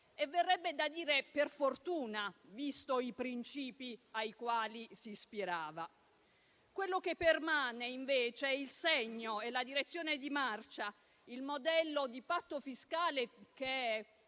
e verrebbe da dire per fortuna, visti i principi ai quali si ispirava. Quello che permane è invece il segno e la direzione di marcia, il modello di patto fiscale che